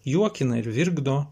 juokina ir virkdo